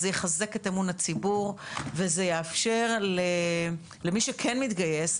זה יחזק את אמון הציבור וזה יאפשר למי שכן מתגייס,